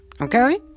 okay